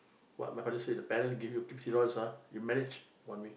what my father say the parent give you fifty dollars ah you manage one week